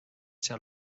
saa